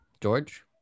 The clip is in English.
George